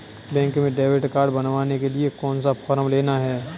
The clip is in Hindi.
बैंक में डेबिट कार्ड बनवाने के लिए कौन सा फॉर्म लेना है?